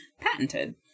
patented